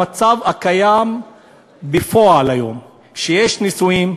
המצב הקיים בפועל היום הוא שיש נישואים,